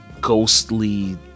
ghostly